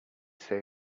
say